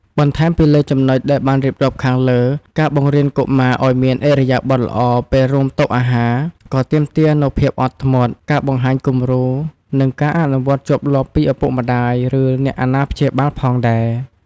បន្ថែមពីលើចំណុចដែលបានរៀបរាប់ខាងលើ ការបង្រៀនកុមារឲ្យមានឥរិយាបថល្អពេលរួមតុអាហារ ក៏ទាមទារនូវភាពអត់ធ្មត់ ការបង្ហាញគំរូ និងការអនុវត្តជាប់លាប់ពីឪពុកម្តាយ ឬអ្នកអាណាព្យាបាលផងដែរ។